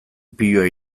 piloa